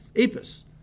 Apis